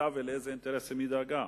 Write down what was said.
ולאילו אינטרסים היא דאגה.